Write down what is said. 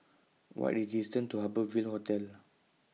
What The distance to Harbour Ville Hotel